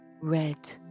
red